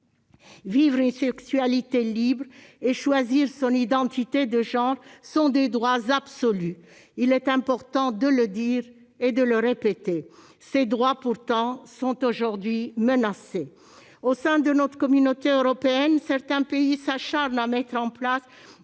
Vivre une sexualité libre et choisir son identité de genre sont des droits absolus. Il est important de le dire et de le répéter. Pourtant, ces droits sont aujourd'hui menacés. Au sein de notre communauté européenne, certains pays s'acharnent à mettre en place